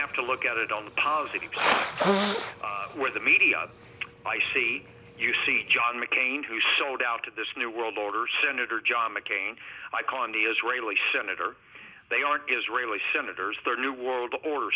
have to look at it on the positive place where the media i see you see john mccain who sold out to this new world order senator john mccain icon the israeli senator they are israeli senators the new world order